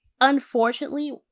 Unfortunately